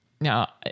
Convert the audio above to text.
now